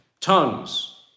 tongues